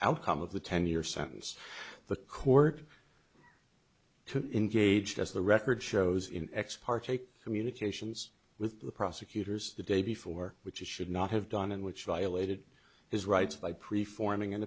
outcome of the ten year sentence the court to engage as the record shows in ex parte communications with the prosecutors the day before which should not have done and which violated his rights by preform ing an